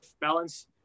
balance